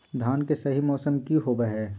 धान के सही मौसम की होवय हैय?